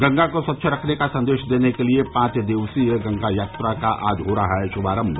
गंगा को स्वच्छ रखने का संदेश देने के लिए पांच दिवसीय गंगा यात्रा का आज हो रहा है शुभारंभ